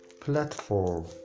platform